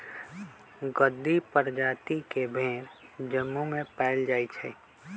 गद्दी परजाति के भेड़ जम्मू में पाएल जाई छई